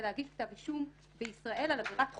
להגיש כתב אישום בישראל על עבירת חוץ,